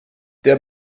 der